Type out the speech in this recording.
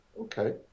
okay